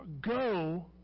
go